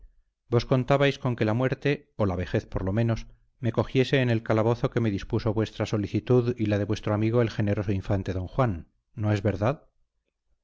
vos contabais con que la muerte o la vejez por lo menos me cogiese en el calabozo que me dispuso vuestra solicitud y la de vuestro amigo el generoso infante don juan no es verdad